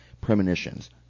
premonitions